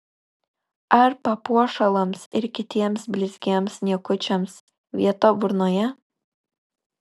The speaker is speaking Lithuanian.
ar papuošalams ir kitiems blizgiems niekučiams vieta burnoje